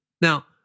Now